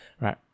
right